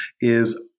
is-